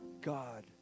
God